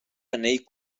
anell